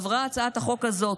עברה הצעת החוק הזאת,